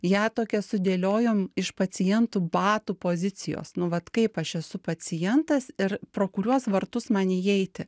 ją tokią sudėliojom iš pacientų batų pozicijos nu vat kaip aš esu pacientas ir pro kuriuos vartus man įeiti